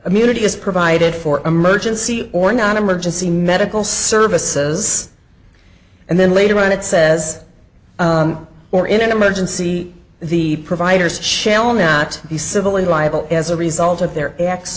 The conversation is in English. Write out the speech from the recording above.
immunity is provided for emergency or non emergency medical services and then later on it says or in an emergency the providers shall not be civil and liable as a result of their acts